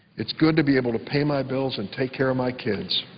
it's good to be able to pay my bills and take care of my kids.